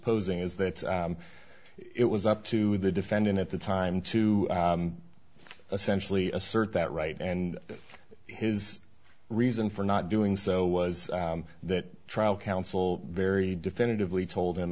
posing is that it was up to the defendant at the time to essentially assert that right and his reason for not doing so was that trial counsel very definitively told